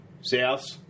South